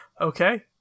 Okay